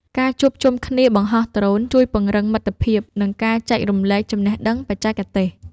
ការជួបជុំគ្នាបង្ហោះដ្រូនជួយពង្រឹងមិត្តភាព និងការចែករំលែកចំណេះដឹងបច្ចេកទេស។